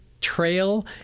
Trail